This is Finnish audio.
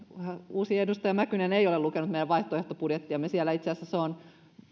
uusi edustaja mäkynen ei ole lukenut meidän vaihtoehtobudjettiamme siellä itse asiassa on